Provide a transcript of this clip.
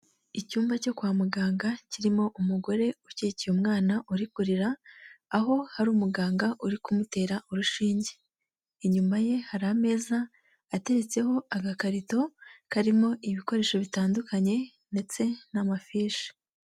Icyumba cyo kwa muganga kirimo umugore ukekeye umwana uri kurira aho hari umuganga uri kumutera urushinge inyuma ye hari ameza atetseho agakarito karimo ibikoresho bitandukanye ndetse n'amafishi.